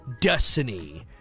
Destiny